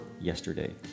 yesterday